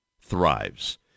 thrives